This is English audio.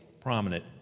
prominent